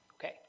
okay